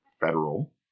federal